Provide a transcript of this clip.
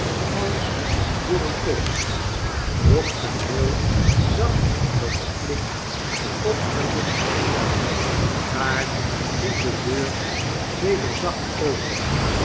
als door den tocht doch vendale zag dat de klink opgelicht bleef daar ging de deur weder zacht open